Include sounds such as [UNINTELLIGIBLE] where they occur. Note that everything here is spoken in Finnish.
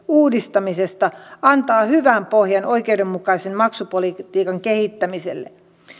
[UNINTELLIGIBLE] uudistamisesta antaa hyvän pohjan oikeudenmukaisen maksupolitiikan kehittämiselle